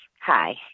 Hi